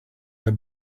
had